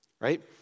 right